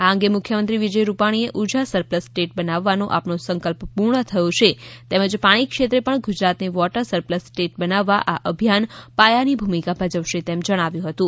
આ અંગે મુખ્યમંત્રી વિજય રૂપાણીએ ઊર્જા સરપ્લસ સ્ટેટ બનાવવાનો આપણો સંકલ્પપૂર્ણ થયો છે તેમજ પાણી ક્ષેત્રે પણ ગુજરાતને વોટર સરપ્લસ સ્ટેટ બનાવવા આ અભિયાન પાયાની ભૂમિકા ભજવશે એમ જણાવ્યુ હતુ